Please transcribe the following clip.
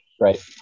Right